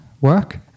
work